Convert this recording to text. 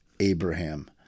Abraham